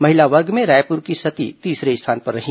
महिला वर्ग में रायपुर की सती तीसरे स्थान पर रहीं